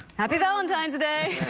happy valentine's day.